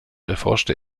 erforschte